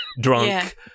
Drunk